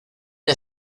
una